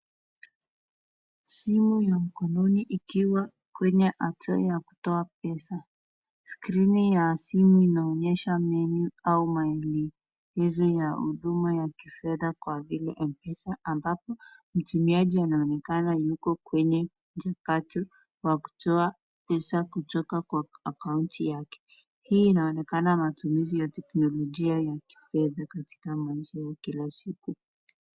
Simu ya mkononi ikiwa kwenye hatua ya kutoa pesa, screen ya simu inaonyesha menu au maelezo ya huduma ya kifedha kwa vile mpesa, ambapo mtumiaji anaonekana yuko kwenye kipato ya kutoa pesa kutoka kwenye akaunti yake. Hii inaonekana matumizi ya teknolojia ya kifedha katika maisha ya kila siku.